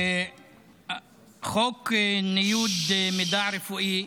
חוק ניוד מידע רפואי,